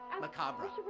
Macabre